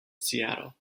seattle